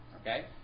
Okay